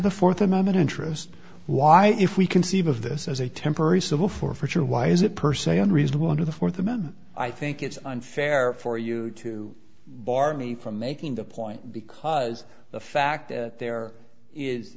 the fourth amendment interest why if we conceive of this as a temporary civil forfeiture why is it per se unreasonable under the fourth amendment i think it's unfair for you to bar me from making the point because the fact that there is